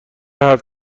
حرف